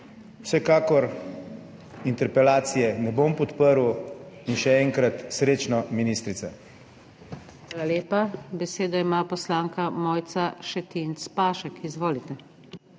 Vsekakor interpelacije ne bom podprl in še enkrat srečno, ministrica.